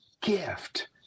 gift